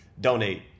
Donate